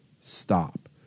stop